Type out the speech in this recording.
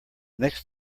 next